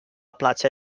platja